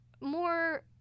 more